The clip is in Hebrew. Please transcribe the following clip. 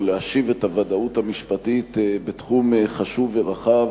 להשיב את הוודאות המשפטית בתחום חשוב ורחב,